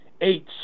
eight